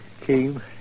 came